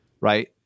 right